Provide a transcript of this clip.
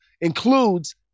includes